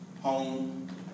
home